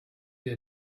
they